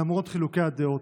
למרות חילוקי הדעות,